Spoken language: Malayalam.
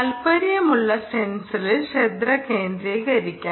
താൽപ്പര്യമുള്ള സെൻസറിൽ ശ്രദ്ധ കേന്ദ്രീകരിക്കാം